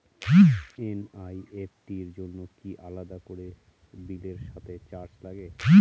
NEFT র জন্য কি আলাদা করে বিলের সাথে চার্জ লাগে?